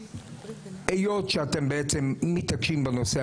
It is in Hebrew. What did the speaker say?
היות שאתם בעצם מתעקשים בנושא,